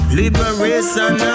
liberation